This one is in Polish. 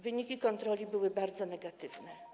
Wyniki kontroli były bardzo negatywne.